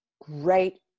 great